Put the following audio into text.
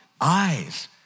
eyes